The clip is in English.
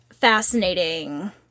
fascinating